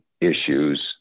issues